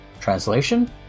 Translation